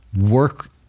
work